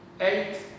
Eight